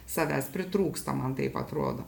savęs pritrūksta man taip atrodo